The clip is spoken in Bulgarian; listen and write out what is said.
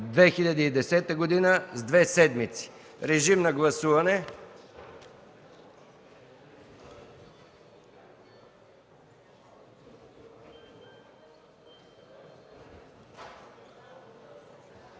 2010 г. с две седмици.” Режим на гласуване.